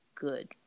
good